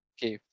Okay